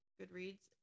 Goodreads